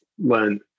learn